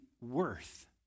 worth